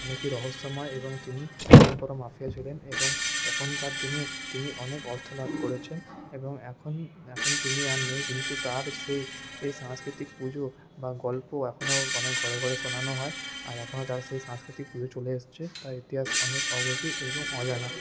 অনেকই রহস্যময় এবং তিনি অনেক বড় মাফিয়া ছিলেন এবং তখনকার দিনে তিনি অনেক অর্থ লাভ করেছেন এবং এখন এখন তিনি আর নেই কিন্তু তার সেই সাংস্কৃতিক পুজো বা গল্প এখনও মানে ঘরে ঘরে শোনানো হয় আর এখনও তার সেই সাংস্কৃতিক পুজো চলে এসছে তার ইতিহাস অনেক অগভীর এবং অজানা